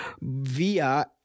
via